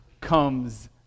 comes